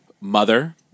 mother